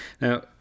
Now